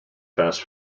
fast